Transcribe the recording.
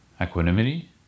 equanimity